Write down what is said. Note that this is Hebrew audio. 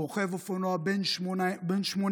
רוכב אופנוע בן 18,